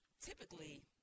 typically